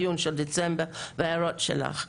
בדיון של דצמבר ואילך.